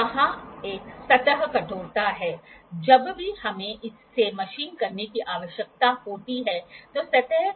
तो अगला संयोजन 33° है हम 27° प्लस 9° so 27° प्लस 9° is 36° लेने की कोशिश कर सकते हैं